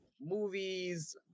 movies